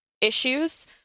issues